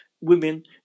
women